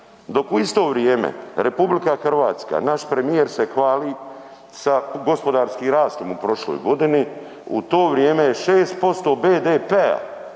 Dok u isto vrijeme RH, naš premijer se hvali sa gospodarskim rastom u prošloj godini, u to vrijeme je 6% BDP-a